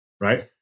Right